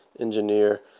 engineer